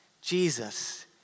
Jesus